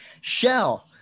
Shell